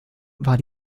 war